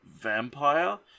vampire